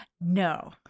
No